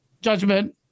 judgment